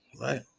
right